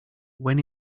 when